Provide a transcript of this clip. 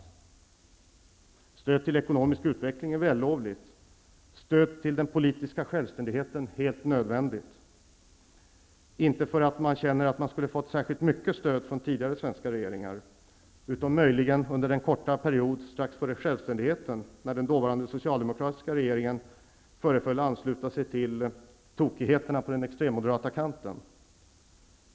Stöd till ekonomisk utveckling är vällovligt; stöd till den politiska självständigheten är helt nödvändigt -- inte för att man känner att man skulle ha fått särskilt mycket stöd från tidigare svenska regeringar, utom möjligen under den korta period före självständigheten när den dåvarande socialdemokratiska regeringen föreföll ansluta sig till tokigheterna på den extremmoderata kanten.